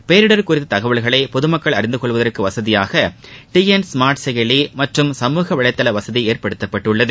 பேரிடர் குறித்த தகவல்களை பொதுமக்கள் அறிந்து கொள்வதற்கு வசதியாக டி என் ஸ்மா்ட் செயலி மற்றும் சமூக வலைதள வசதி ஏற்படுத்தப்பட்டுள்ளது